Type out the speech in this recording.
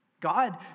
God